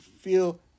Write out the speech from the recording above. feel